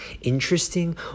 interesting